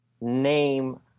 name